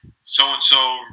so-and-so